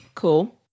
Cool